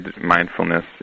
mindfulness